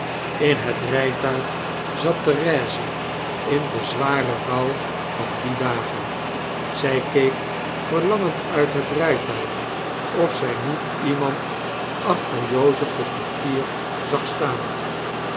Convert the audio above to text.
in het rpuig zat therese in den zwaren rouw van die dagen zy keek verlangend uit het rytuig of zij niet iemand achter jozef den portier zag staan